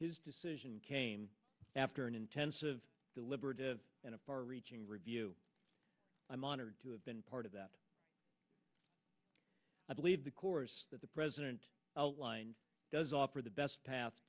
his decision came after an intensive deliberate and a far reaching review i'm honored to have been part of that i believe the course that the president outlined does offer the best path